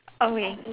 okay